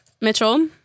Mitchell